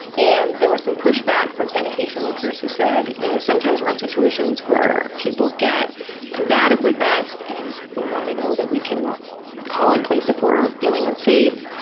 and there were some pushback from sanitation workers who said, you know, sometimes we're in situations where people get combative with us and we want to know that we can call in, play support or feeling unsafe.